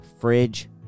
Fridge